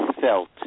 felt